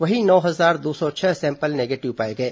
वहीं नौ हजार दो सौ छह सैंपल निगेटिव पाए गए